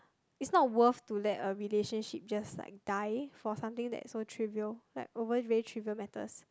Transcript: it's not worth to let a relationship just like die for something that's so trivial like over very trivial matters